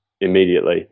immediately